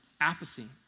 apathy